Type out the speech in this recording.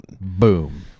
Boom